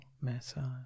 massage